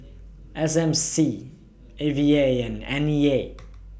S M C A V A and N E A